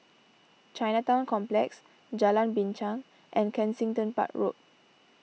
Chinatown Complex Jalan Binchang and Kensington Park Road